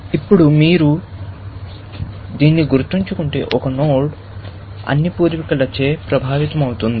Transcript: ఇప్పుడు మీరు దీన్ని గుర్తుంచుకుంటే ఒక నోడ్ అన్ని పూర్వీకులచే ప్రభావితమవుతుంది